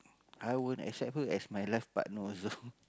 I won't accept her as my life partner also